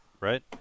right